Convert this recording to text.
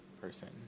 person